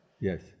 yes